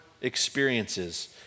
experiences